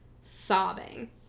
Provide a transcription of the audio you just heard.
sobbing